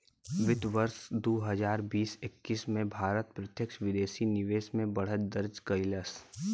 वित्त वर्ष दू हजार बीस एक्कीस में भारत प्रत्यक्ष विदेशी निवेश में बढ़त दर्ज कइलस